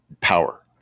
power